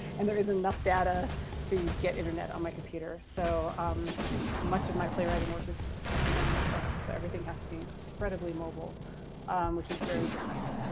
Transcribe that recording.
and there isn't enough data to get internet on my computer. so um much of my playwriting work is actually done on my phone. so everything has to be incredibly mobile which is very different.